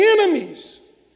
enemies